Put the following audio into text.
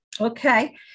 Okay